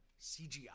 CGI